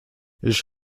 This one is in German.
ich